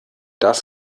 das